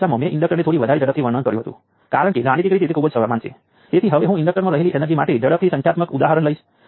સમીકરણો આપણે આપણી સર્કિટનો ઉકેલ શોધીશું